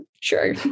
sure